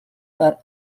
par